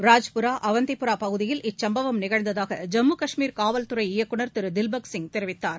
ராஜ்புரா அவந்திபுரா பகுதியில் இச்சும்பவம் நிகழ்ந்ததாக ஜம்மு ஊஷ்மீர் காவல்துறை இயக்குநர் திருதில்பக் சிங் தெரிவித்தார்